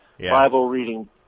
Bible-reading